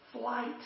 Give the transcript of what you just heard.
flight